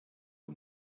uhr